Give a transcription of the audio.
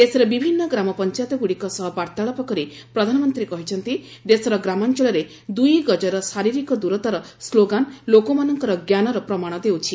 ଦେଶର ବିଭିନ୍ନ ଗ୍ରାମ ପଞ୍ଚାୟତଗୁଡ଼ିକ ସହ ବାର୍ତ୍ତାଳାପ କରି ପ୍ରଧାନମନ୍ତ୍ରୀ କହିଛନ୍ତି ଦେଶର ଗ୍ରାମାଞ୍ଚଳରେ ଦୁଇ ଗଜର ଶାରୀରିକ ଦୂରତାର ସ୍ଲୋଗାନ୍ ଲୋକମାନଙ୍କର ଜ୍ଞାନର ପ୍ରମାଣ ଦେଉଛି